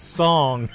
song